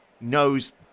knows